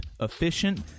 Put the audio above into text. efficient